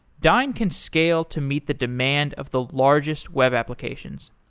dyn can scale to meet the demand of the largest web applications.